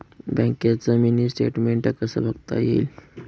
बँकेचं mini statement कसं बघता येईल?